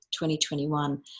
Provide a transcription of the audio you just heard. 2021